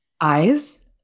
eyes